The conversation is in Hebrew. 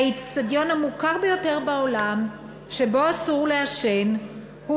האיצטדיון המוכר ביותר בעולם שבו אסור לעשן הוא